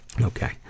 Okay